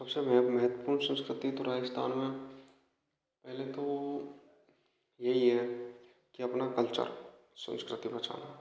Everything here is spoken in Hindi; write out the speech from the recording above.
सबसे बहुत महत्वपूर्ण संस्कृति तो राजस्थान में पहले तो यही है कि अपना कल्चर संस्कृति बचाना